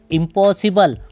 impossible